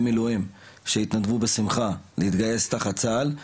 מילואים שהתנדבו בשמחה להתגייס תחת צה"ל.